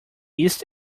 east